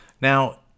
Now